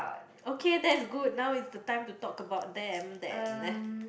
okay that's good now is the time to talk about them than